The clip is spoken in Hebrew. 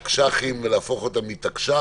היינו צריכים להפוך את התקש"חים